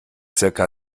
circa